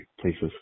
places